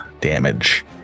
damage